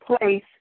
place